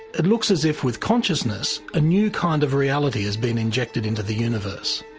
it looks as if, with consciousness, a new kind of reality has been injected into the universe.